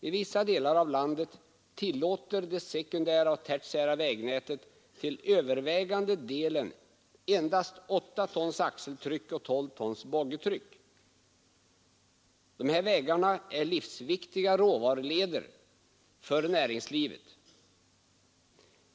I vissa delar av landet tillåter det sekundära och tertiära vägnätet till övervägande delen endast 8 tons axeltryck och 12 tons boggitryck. De här vägarna är livsviktiga råvaruleder för näringslivet.